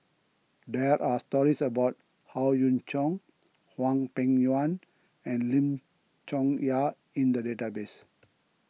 there are stories about Howe Yoon Chong Hwang Peng Yuan and Lim Chong Yah in the database